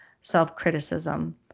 self-criticism